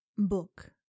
book